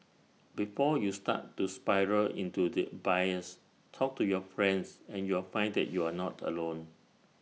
before you start to spiral into the abyss talk to your friends and you'll find that you are not alone